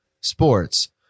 sports